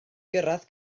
gyrraedd